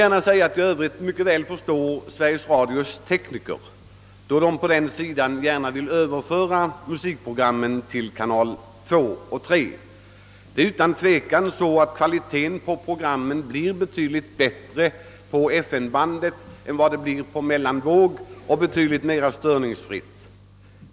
Men jag förstår Sveriges Radios tekniker, när de vill föra över musikprogrammen till kanalerna 2 och 3. Kvaliteten på programmen blir otvivelaktigt bättre på FM-bandet än på mellanvågsbandet, och det blir betydligt mera störningsfritt.